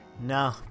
no